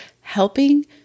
helping